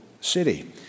city